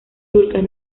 turcas